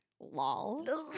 Lol